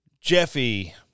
Jeffy